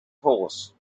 horse